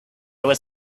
was